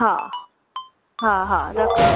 हा हा हा रखो